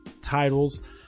titles